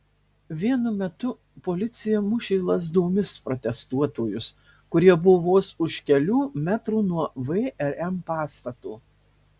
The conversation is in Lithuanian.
vienu metu policija mušė lazdomis protestuotojus kurie buvo vos už kelių metrų nuo vrm pastato